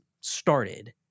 started